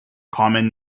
common